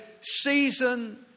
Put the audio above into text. season